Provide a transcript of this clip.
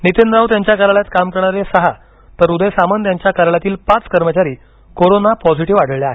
नितीन राऊत यांच्या कार्यालयात काम करणारे सहा तर उदय सामंत यांच्या कार्यालयातील पाच कर्मचारी कोरोना पॉझिटिव्ह आढळले आहेत